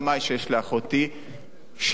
שיש לאחותי שם.